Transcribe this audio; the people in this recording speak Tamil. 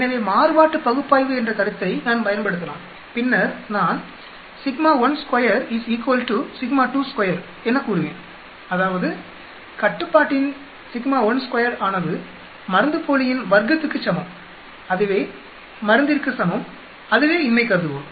எனவே மாறுபாட்டு பகுப்பாய்வு என்ற கருத்தை நான் பயன்படுத்தலாம் பின்னர் நான் என கூறுவேன் அதாவது கட்டுப்பாடின் ஆனது மருந்துபோலியின் வர்க்கத்துக்கு சமம் அதுவே மருந்திற்கு சமம் அதுவே இன்மை கருதுகோள்